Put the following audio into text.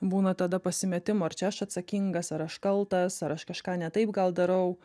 būna tada pasimetimo ar čia aš atsakingas ar aš kaltas ar aš kažką ne taip gal darau